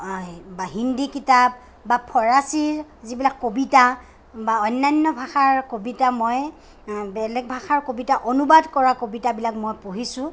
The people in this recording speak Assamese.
বা হিন্দী কিতাপ বা ফৰাচীৰ যিবিলাক কবিতা বা অন্য়ান্য় ভাষাৰ কবিতা মই বেলেগ ভাষাৰ কবিতা অনুবাদ কৰা কবিতাবিলাক মই পঢ়িছোঁ